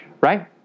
Right